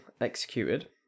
executed